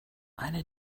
eine